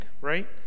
right